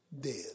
Dead